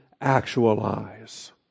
actualize